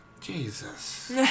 Jesus